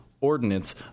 Ordinance